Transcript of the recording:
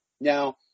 Now